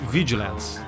Vigilance